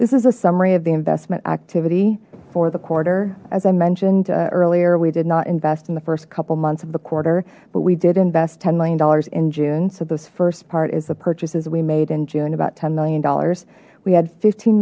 this is a summary of the investment activity for the quarter as i mentioned earlier we did not invest in the first couple months of the quarter but we did invest ten million dollars in june so this first part is the purchases we made in june about ten million dollars we had fifteen